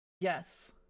Yes